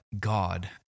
God